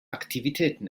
aktivitäten